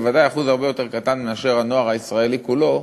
בוודאי אחוז הרבה יותר קטן מאשר הנוער הישראלי כולו,